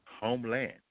Homeland